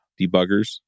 debuggers